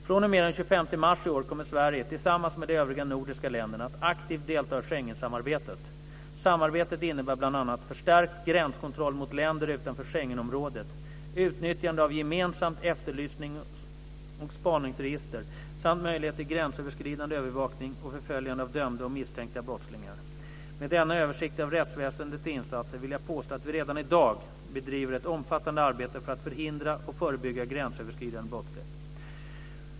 Från den 25 mars i år kommer Sverige, tillsammans med de övriga nordiska länderna, att aktivt delta i Schengensamarbetet. Samarbetet innebär bl.a. förstärkt gränskontroll mot länder utanför Schengenområdet, utnyttjande av gemensamt efterlysningsoch spaningsregister samt möjlighet till gränsöverskridande övervakning och förföljande av dömda och misstänkta brottslingar. Med denna översikt av rättsväsendets insatser vill jag påstå att vi redan i dag bedriver ett omfattande arbete för att förhindra och förebygga gränsöverskridande brottslighet.